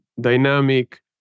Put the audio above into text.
dynamic